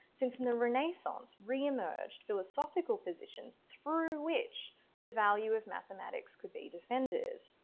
since and the renaissance re-emerged philosophical positions through which the value of mathematics could be defended.